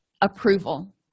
approval